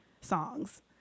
songs